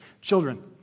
children